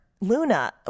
Luna